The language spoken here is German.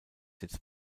jetzt